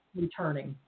returning